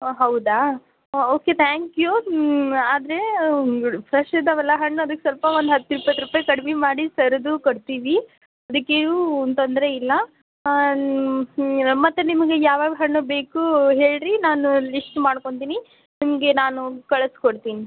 ಹಾಂ ಹೌದಾ okay thank you ಆದರೆ ಫ್ರೆಶ್ ಇದ್ದಾವಲ್ಲ ಹಣ್ಣು ಅದಕ್ಕೆ ಸ್ವಲ್ಪ ಒಂದು ಹತ್ತು ಇಪ್ಪತ್ತು ರುಪಾಯಿ ಕಡ್ಮೆ ಮಾಡಿ ಸರಿದು ಕೊಡ್ತೀವಿ ಅದಕ್ಕೇನೂ ತೊಂದರೆಯಿಲ್ಲ ಮತ್ತು ನಿಮಗೆ ಯಾವ್ಯಾವ ಹಣ್ಣು ಬೇಕು ಹೇಳಿರಿ ನಾನು ಲಿಸ್ಟ್ ಮಾಡ್ಕೊತೀನಿ ನಿಮಗೆ ನಾನು ಕಳಿಸಿ ಕೊಡ್ತೀನಿ